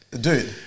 Dude